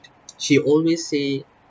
she always say